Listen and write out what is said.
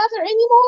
anymore